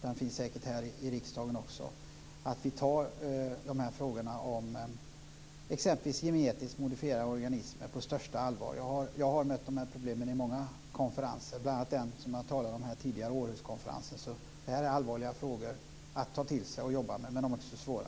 Den finns säkert här i riksdagen också. Det är viktigt att vi tar frågorna om exempelvis genetiskt modifierade organismer på största allvar. Jag har mött de här problemen på många konferenser, bl.a. den som jag talade om tidigare, Århuskonferensen. Det här är allvarliga frågor att ta till sig och jobba med. Men de är också svåra.